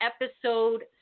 Episode